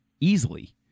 easily